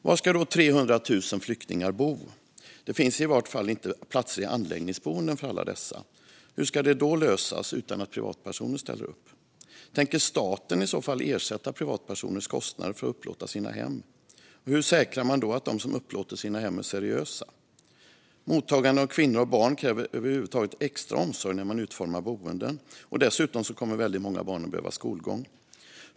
Var ska då 300 000 flyktingar bo? Det finns i varje fall inte platser i anläggningsboenden för alla dessa. Hur ska det lösas utan att privatpersoner ställer upp? Om privatpersoner ställer upp, tänker staten ersätta deras kostnader för att upplåta sina hem? Hur säkrar man då att de som upplåter sina hem är seriösa? Mottagandet av kvinnor och barn kräver över huvud taget extra omsorg när man utformar boenden. Dessutom kommer väldigt många barn att behöva skolgång.